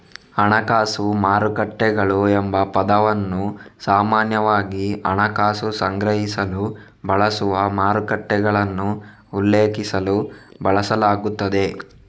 ಹಣಕಾಸು ಮಾರುಕಟ್ಟೆಗಳು ಎಂಬ ಪದವನ್ನು ಸಾಮಾನ್ಯವಾಗಿ ಹಣಕಾಸು ಸಂಗ್ರಹಿಸಲು ಬಳಸುವ ಮಾರುಕಟ್ಟೆಗಳನ್ನು ಉಲ್ಲೇಖಿಸಲು ಬಳಸಲಾಗುತ್ತದೆ